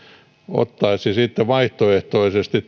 ottaisi sitten vaihtoehtoisesti